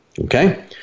okay